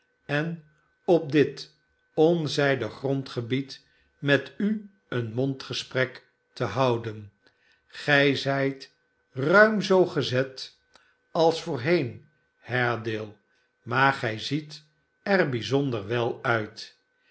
en op dit onzijdig grondgebied met u een mondgesprek te houden gij zijt ruim zoo gezet als voorheen haredale maar gij ziet er bijzonder wel uit